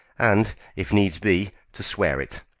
and, if needs be, to swear it.